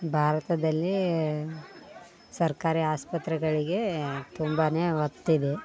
ಭಾರತದಲ್ಲಿ ಸರ್ಕಾರಿ ಆಸ್ಪತ್ರೆಗಳಿಗೆ ತುಂಬಾ ಒತ್ತಿದೆ